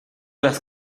las